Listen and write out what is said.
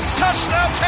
touchdown